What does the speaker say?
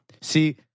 See